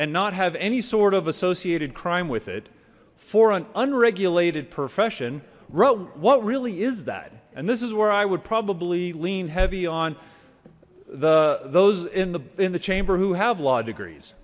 and not have any sort of associated crime with it for an unregulated profession wrote what really is that and this is where i would probably lean heavy on the those in the in the chamber who have law degrees